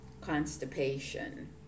constipation